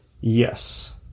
yes